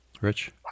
Rich